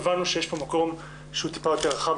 הבנו שיש פה מקום שהוא טיפה יותר רחב,